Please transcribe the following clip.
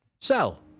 Sell